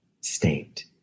state